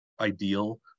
ideal